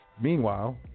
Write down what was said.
Meanwhile